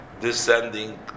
descending